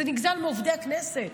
זה נגזל מעובדי הכנסת.